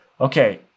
okay